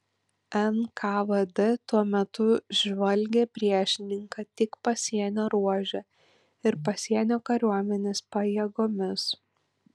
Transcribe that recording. nkvd tuo metu žvalgė priešininką tik pasienio ruože ir pasienio kariuomenės pajėgomis